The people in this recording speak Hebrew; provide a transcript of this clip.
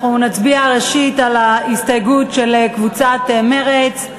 אנחנו נצביע, ראשית, על ההסתייגות של קבוצת מרצ.